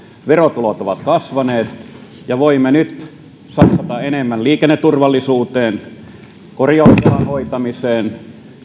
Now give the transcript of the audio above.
verotulot ovat kasvaneet ja voimme nyt satsata enemmän liikenneturvallisuuteen korjausvelan hoitamiseen